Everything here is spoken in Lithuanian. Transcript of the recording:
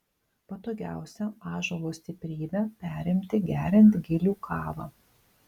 patogiausia ąžuolo stiprybę perimti geriant gilių kavą